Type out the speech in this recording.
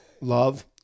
love